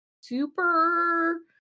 super